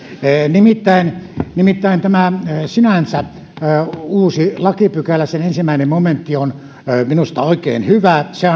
nimittäin nimittäin tämä sinänsä uusi lakipykälä sen ensimmäinen momentti on minusta oikein hyvä se